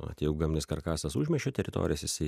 vat jeigu gamnis karkasas užmiesčio teritorijos jisai